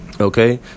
Okay